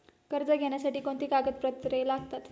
कर्ज घेण्यासाठी कोणती कागदपत्रे लागतात?